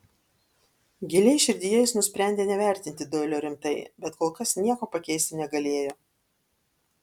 giliai širdyje jis nusprendė nevertinti doilio rimtai bet kol kas nieko pakeisti negalėjo